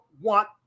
want